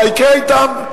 מה יקרה אתן?